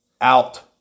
out